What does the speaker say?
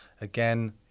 again